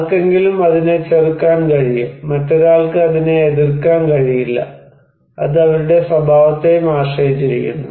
ആർക്കെങ്കിലും അതിനെ ചെറുക്കാൻ കഴിയും മറ്റൊരാൾക്ക് അതിനെ എതിർക്കാൻ കഴിയില്ല അത് അവരുടെ സ്വഭാവത്തെയും ആശ്രയിച്ചിരിക്കുന്നു